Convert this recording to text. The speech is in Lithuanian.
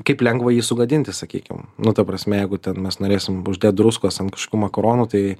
kaip lengva jį sugadinti sakykim nu ta prasme jeigu ten mes norėsim uždėt druskos ant kažkokių makaronų tai